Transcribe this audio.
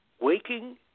waking